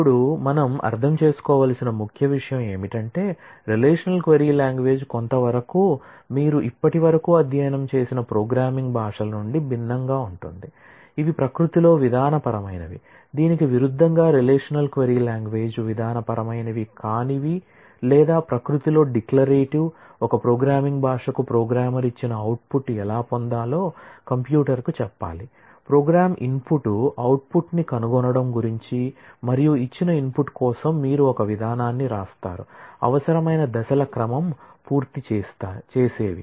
ఇప్పుడు మనం అర్థం చేసుకోవలసిన ముఖ్య విషయం ఏమిటంటే రిలేషనల్ క్వరీ లాంగ్వేజ్ కొంతవరకు మీరు ఇప్పటివరకు అధ్యయనం చేసిన ప్రోగ్రామింగ్ భాషల నుండి భిన్నంగా ఉంటుంది ఇవి ప్రకృతిలో విధానపరమైనవి దీనికి విరుద్ధంగా రిలేషనల్ క్వరీ లాంగ్వేజ్ విధానపరమైనవి కానివి లేదా ప్రకృతిలో డిక్లరేటివ్ ఒక ప్రోగ్రామింగ్ భాషకు ప్రోగ్రామర్ అవుట్పుట్ ని కనుగొనడం గురించి మరియు ఇచ్చిన ఇన్పుట్ కోసం మీరు ఒక విధానాన్ని వ్రాస్తారు అవసరమైన దశల క్రమం పూర్తి చేసేవి